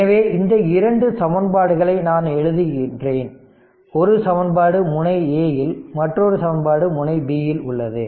எனவே இந்த இரண்டு சமன்பாடுகளை நான் எழுதுகிறேன் ஒரு சமன்பாடு முனை a யில் மற்றொரு சமன்பாடு முனை b யில் உள்ளது